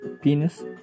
penis